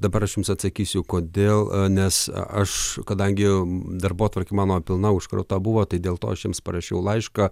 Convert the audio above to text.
dabar aš jums atsakysiu kodėl nes aš kadangi darbotvarkė mano pilna užkrauta buvo tai dėl to aš jiems parašiau laišką